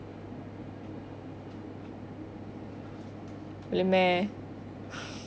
really meh